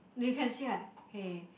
they can say like hey